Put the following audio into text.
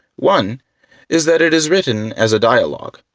one is that it is written as a dialog.